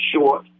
short